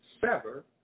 sever